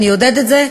אני אעודד את זה,